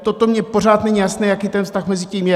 Toto mi pořád není jasné, jaký ten vztah mezi tím je.